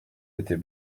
était